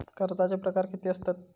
कर्जाचे प्रकार कीती असतत?